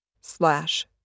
Slash